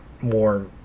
more